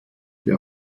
der